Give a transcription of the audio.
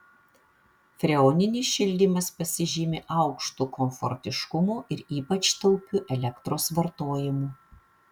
freoninis šildymas pasižymi aukštu komfortiškumu ir ypač taupiu elektros vartojimu